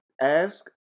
ask